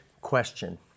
question